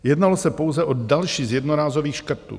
Jednalo by se pouze o další z jednorázových škrtů.